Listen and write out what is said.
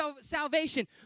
salvation